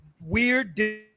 weird